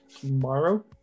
tomorrow